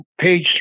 page